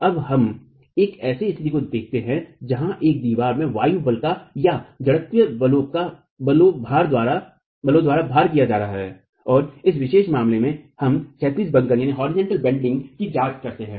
अब हम एक ऐसी स्थिति को देखते हैं जहां एक दीवार को वायु बल या जड़त्वीय बलों द्वारा भार किया जा रहा है और इस विशेष मामले में हम क्षैतिज बंकन की जांच कर रहे हैं